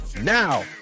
Now